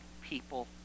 people